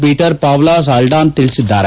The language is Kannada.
ಪೀಟರ್ ಪಾವ್ಲ್ ಸಲ್ನಾನ್ತಾ ತಿಳಿಸಿದ್ದಾರೆ